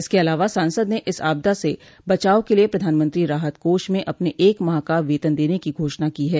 इसके अलावा सांसद ने इस आपदा से बचाव के लिये प्रधानमंत्रो राहत कोष में अपने एक माह का वेतन देने की घोषणा की है